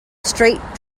straight